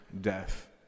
death